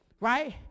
right